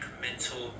mental